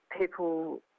people